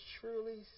truly